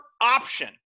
option